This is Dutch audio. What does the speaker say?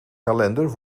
kalender